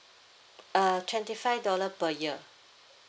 uh twenty five dollar per year